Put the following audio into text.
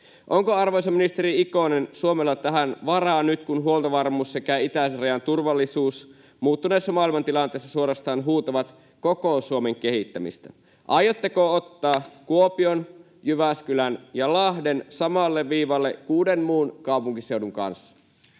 Onko, arvoisa ministeri Ikonen, Suomella tähän varaa nyt, kun huoltovarmuus sekä itärajan turvallisuus muuttuneessa maailmantilanteessa suorastaan huutavat koko Suomen kehittämistä? Aiotteko ottaa Kuopion, Jyväskylän ja Lahden samalle viivalle kuuden muun kaupunkiseudun kanssa?